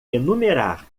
enumerar